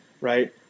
right